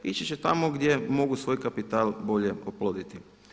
Ići će tamo gdje mogu svoj kapital bolje oploditi.